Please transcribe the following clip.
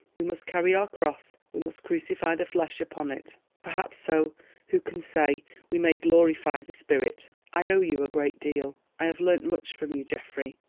we must carry our cross, we must crucify the flesh upon it perhaps so who can say we may glorify the spirit. i owe you a great deal. i have learnt much from you, geoffrey.